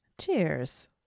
Cheers